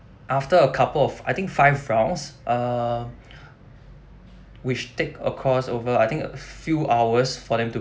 after a couple of I think five rounds uh which take a course over I think a few hours for them to